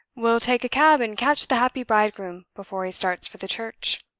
we'll take a cab and catch the happy bridegroom before he starts for the church!